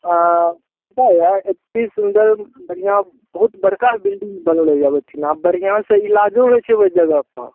पता यऽ सुन्दर बढ़िआँ बहुत बड़का बिल्डिंग बनलैय ओइठिना आब बढ़िआँसँ इलाजो होइ छै ओइ जगहपर